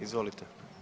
Izvolite.